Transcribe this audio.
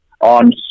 on